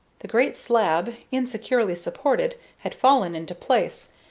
the great slab, insecurely supported, had fallen into place,